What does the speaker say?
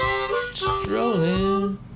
Strolling